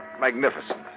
magnificent